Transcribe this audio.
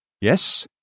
Yes